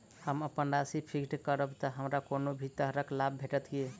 हम अप्पन राशि फिक्स्ड करब तऽ हमरा कोनो भी तरहक लाभ भेटत की?